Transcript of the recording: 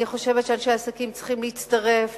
אני חושבת שאנשי עסקים צריכים להצטרף,